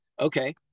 Okay